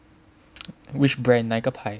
which brand 哪个牌